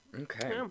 Okay